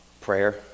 prayer